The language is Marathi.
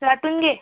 लाटून घे